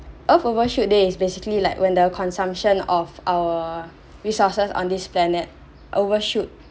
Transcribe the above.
earth overshoot day is basically like when the consumption of our resources on this planet overshoot